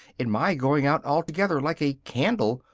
in my going out altogether, like a candle,